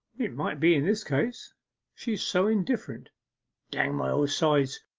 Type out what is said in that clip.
it might be in this case she's so indifferent dang my old sides!